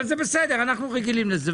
בסדר, אנחנו רגילים לזה.